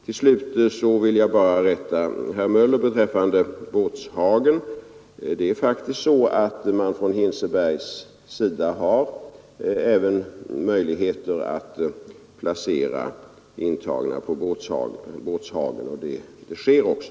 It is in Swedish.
Till slut vill jag bara rätta herr Möller beträffande Båtshagen. Man har faktiskt även möjligheter att från Hinsebergs sida placera intagna på Båtshagen, och det sker också.